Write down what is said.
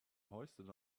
hoisted